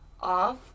off